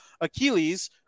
Achilles